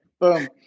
Boom